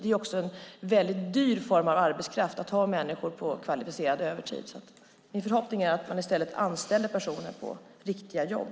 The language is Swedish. Det är också en mycket dyr form av arbetskraft att ha människor på kvalificerad övertid. Min förhoppning är att man i stället anställer personer på riktiga jobb.